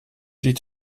die